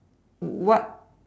what